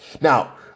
Now